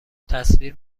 تصویر